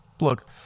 Look